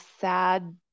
sad